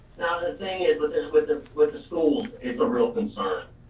now the thing is with is with the school, it's a real concern.